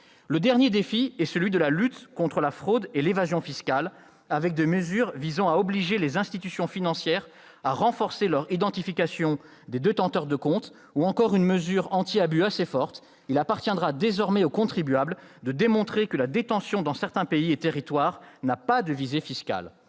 Le dernier défi est celui de la lutte contre la fraude et l'évasion fiscales, avec des mesures visant à obliger les institutions financières à renforcer leur identification de détenteurs de comptes, ou encore une mesure anti-abus assez forte : il appartiendra désormais aux contribuables de démontrer que la détention dans certains pays et territoires n'a pas de visée fiscale.